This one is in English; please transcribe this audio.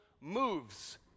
moves